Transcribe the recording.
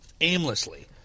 aimlessly